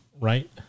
Right